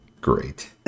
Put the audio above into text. great